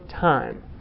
time